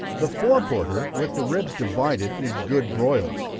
the fore quarter, with the ribs divided, is good broiled.